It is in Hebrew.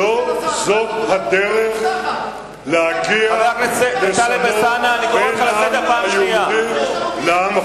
לא זאת הדרך להגיע לשלום בין העם היהודי לעם הפלסטיני.